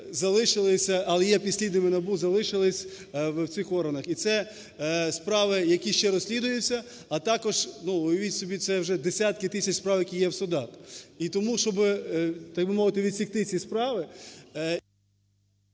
залишилися, але є підслідними НАБУ, залишились в цих органах. І це справи, які ще розслідуються, а також, ну, уявіть собі, це вже десятки тисяч справ, які є в судах. І тому, щоб так, би мовити, відсікти ці справи…